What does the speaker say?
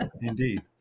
Indeed